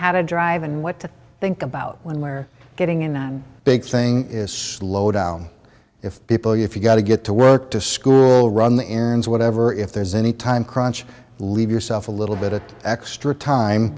how to drive and what to think about when we're getting in one big thing is slow down if people you've got to get to work to school run the errands whatever if there's any time crunch leave yourself a little bit of extra time